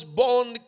born